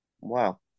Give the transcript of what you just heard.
Wow